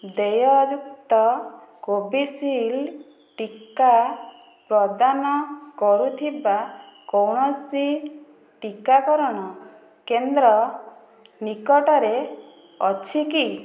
ଦେୟଯୁକ୍ତ କୋଭିଶୀଲ୍ଡ ଟିକା ପ୍ରଦାନ କରୁଥିବା କୌଣସି ଟିକାକରଣ କେନ୍ଦ୍ର ନିକଟରେ ଅଛି କି